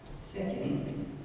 Second